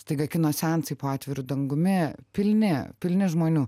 staiga kino seansai po atviru dangumi pilni pilni žmonių